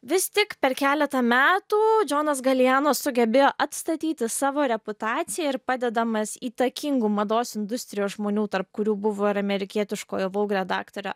vis tik per keletą metų džonas galijano sugebėjo atstatyti savo reputaciją ir padedamas įtakingų mados industrijos žmonių tarp kurių buvo ir amerikietiškojo voug redaktorė